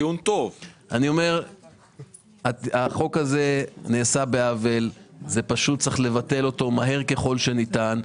אני אומר שהחוק הזה נעשה בעוול ופשוט צריך לבטל אותו מהר ככל שניתן.